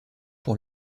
pour